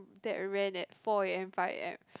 that rant at four A_M five A_M